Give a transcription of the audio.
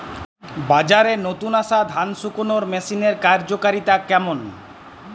বাজারে নতুন আসা ধান শুকনোর মেশিনের কার্যকারিতা কেমন?